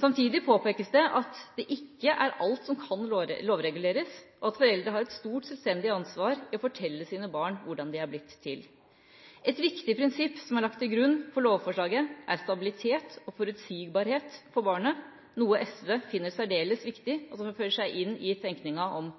Samtidig påpekes det at det ikke er alt som kan lovreguleres, og at foreldre har et stort selvstendig ansvar for å fortelle sine barn hvordan de er blitt til. Et viktig prinsipp som er lagt til grunn for lovforslaget, er stabilitet og forutsigbarhet for barnet, noe SV finner særdeles viktig, og som føyer seg inn i tenkninga om